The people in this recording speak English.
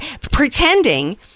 pretending